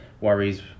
worries